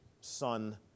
Son